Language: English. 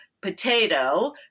potato